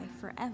forever